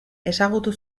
ezagutu